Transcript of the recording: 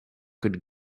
could